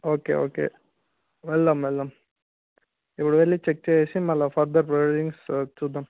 okay okay వెళ్దాం వెళ్దాం ఇప్పుడు వెళ్లి చెక్ చేసేసి మళ్ళా ఫర్దర్ ప్రొసీడింగ్స్ చూద్దాం